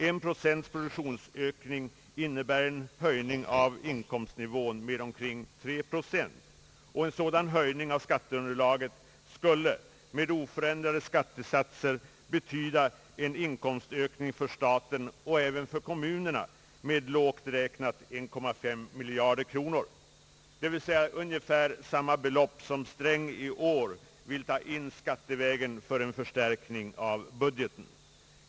En procents produktionsökning innebär en höjning av inkomstnivån med omkring tre procent. En sådan höjning av skatteunderlaget skulle, med oförändrade skattesatser, betyda en inkomstökning för staten och även för kommunerna med lågt räknat 1,5 miljard kronor, d. v. s. ungefär samma belopp som finansministern i år vill ta in skattevägen för en förstärkning av budgeten.